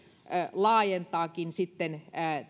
laajentaakin sitten